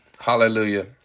Hallelujah